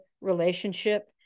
relationship